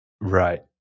Right